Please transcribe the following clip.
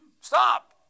Stop